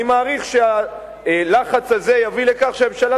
אני מעריך שהלחץ הזה יביא לכך שהממשלה